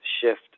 shift